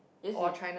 yes in